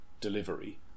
delivery